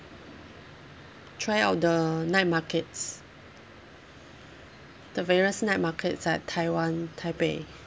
try out the night markets the various night markets at taiwan taipei